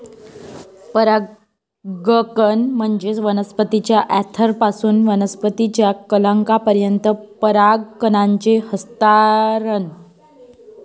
परागकण म्हणजे वनस्पतीच्या अँथरपासून वनस्पतीच्या कलंकापर्यंत परागकणांचे हस्तांतरण